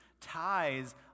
ties